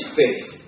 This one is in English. faith